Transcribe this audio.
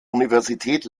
universität